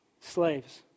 slaves